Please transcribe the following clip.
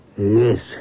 Yes